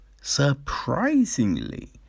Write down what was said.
surprisingly